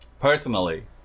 personally